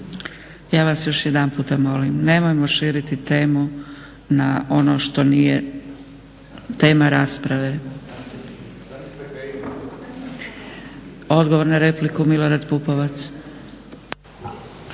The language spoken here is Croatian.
Ja vas još jedanput molim nemojmo širiti temu na ono što nije tema rasprave. Odgovor na repliku, Milorad Pupovac.